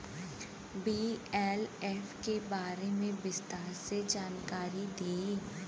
BLF के बारे में विस्तार से जानकारी दी?